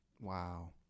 Wow